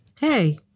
Hey